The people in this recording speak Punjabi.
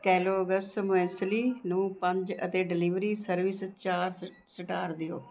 ਕੈਲੋਗਸ ਮੁਇਸਲੀ ਨੂੰ ਪੰਜ ਅਤੇ ਡਿਲੀਵਰੀ ਸਰਵਿਸ ਚਾਰ ਸ ਸਟਾਰ ਦਿਓ